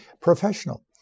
professional